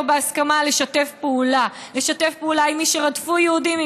בהסכמה לשתף פעולה עם מי שרדפו יהודים,